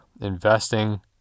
investing